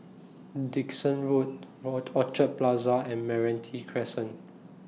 Dickson Road Orchard Plaza and Meranti Crescent